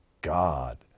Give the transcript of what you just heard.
God